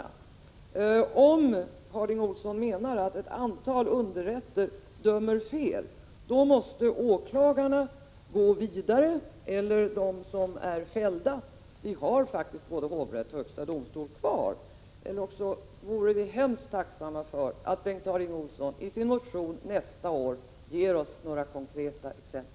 Om Bengt Harding Olson anser att ett antal underrätter dömer fel måste åklagarna eller de som är fällda gå vidare — vi har faktiskt både hovrätter och högsta domstolen kvar. Vi vore tacksamma, om Bengt Harding Olson i sin motion nästa år gav oss några konkreta exempel.